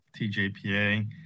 TJPA